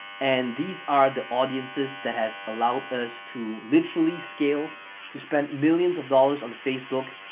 and these are the audiences that has allowed us to literally scale to spend millions of dollars on the facebook,